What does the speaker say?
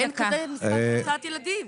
אין כזה מספר של הוצאת ילדים.